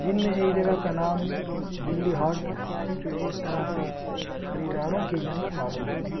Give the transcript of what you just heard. جن میں ایک جگہ کا نام دلی ہاٹ جو ایک طرح سے خریداروں کی جنت معلوم ہوتی ہے